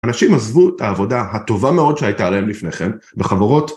אנשים עזבו את העבודה הטובה מאוד שהייתה להם לפני כן בחברות